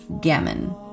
gammon